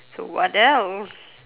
so what else